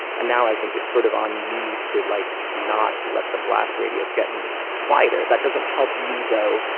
and now i think it's sort of on you to like not let the blast radius get me wider. that doesn't help you, though.